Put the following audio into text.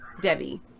Debbie